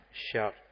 shout